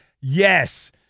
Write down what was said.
Yes